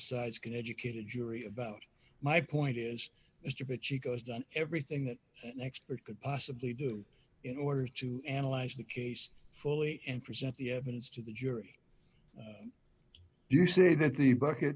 sides can educate a jury about my point is mr pitts he goes done everything that an expert could possibly do in order to analyze the case fully and present the evidence to the jury you see that the bucket